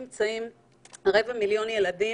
כרבע מיליון ילדים,